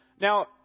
Now